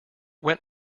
went